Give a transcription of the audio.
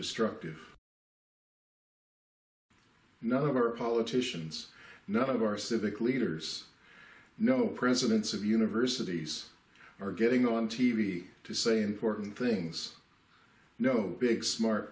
destructive none of our politicians none of our civic leaders no presidents of universities are getting on t v to say informed things no big smart